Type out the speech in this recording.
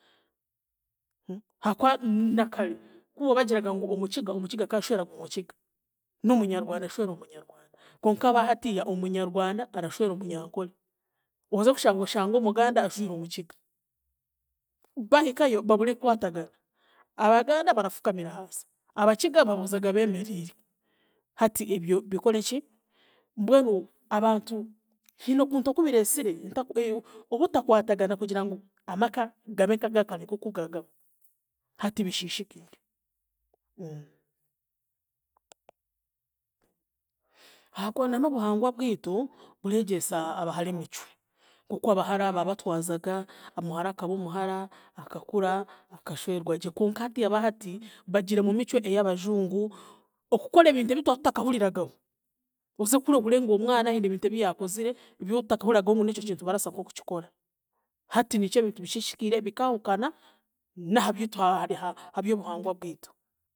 Hakuba nakare, kubaabagira ngu Omukiga, Omukiga akaashweraga Omukiga, n'Omunyarwanda ashwera Omunyarwanda konka aba hatiiya Omunyarwanda arashwera Omunyankore, oze kushanga oshange Omuganda ashwire Omukiga, baahikayo babure kukwatagana. Abaganda barafukamira ahaasi, Abakiga babuuzaga beemeriire hati ebyo bikoreki, mbwenu abantu, hiine okuntu oku bireesire ntakwa obutakwatagana kugira ngu amaka gabe nk'agaakare nk'oku gaagaba, hati bishiishikiire. Ahaakuba na n'obuhangwa bwitu, bureegyesa abahara emicwe, oku abahara baabatwazaga, omuhara akaba omuhara, akakura, akashwerwa gye konka hatiiya aba hati, bagiire omu micwe ey'Abajungu, okukora ebintu ebi twatutakahuriragaho, oze kuhurira ohurire ngu omwana hiine ebintu ebi yaakozire ebyotakahuriragaho ngu n'ekyo kintu baraasa nk'okukikora hati nikyo ebintu bishiishikiire bikaahukana n'ahabitwa haby'obuhangwa bwitu.